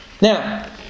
Now